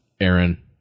Aaron